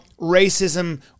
racism